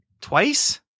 Twice